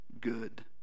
good